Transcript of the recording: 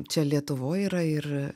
čia lietuvoj yra ir